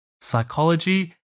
psychology